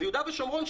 ויהודה ושומרון,